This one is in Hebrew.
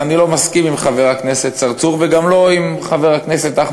ואני לא מסכים עם חבר הכנסת צרצור,